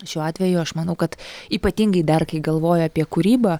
šiuo atveju aš manau kad ypatingai dar kai galvoju apie kūrybą